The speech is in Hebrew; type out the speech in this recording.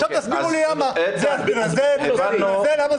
עכשיו תסבירו לי למה זה לא עובד.